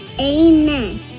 Amen